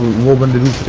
one hundred and